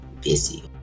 busy